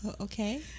okay